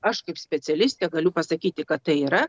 aš kaip specialistė galiu pasakyti kad tai yra